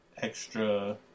extra